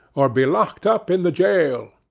or be locked up in the jail.